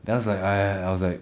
then I was like !aiya! I was like